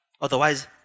Otherwise